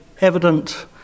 evident